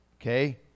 Okay